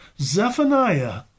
Zephaniah